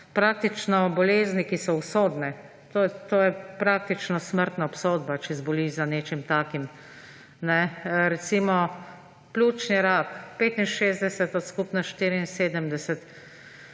praktično bolezni, ki so usodne. To je praktično smrtna obsodba, če zboliš za nečim takim. Pljučni rak, 65 od skupno 74.